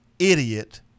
idiot